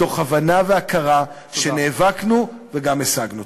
מתוך הבנה והכרה שנאבקנו וגם השגנו.